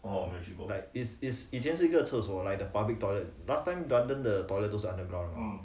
like is is 以前是一个厕所:yiqian shi yi ge ce suo like the public toilet last time london 的 toilet 都是 underground